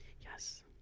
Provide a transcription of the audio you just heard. Yes